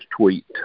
tweet